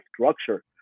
structure